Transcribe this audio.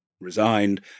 resigned